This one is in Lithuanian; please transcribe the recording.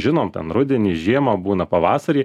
žinom ten rudenį žiemą būna pavasarį